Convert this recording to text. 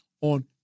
on